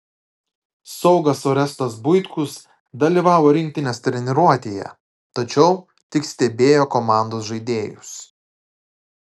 saugas orestas buitkus dalyvavo rinktinės treniruotėje tačiau tik stebėjo komandos žaidėjus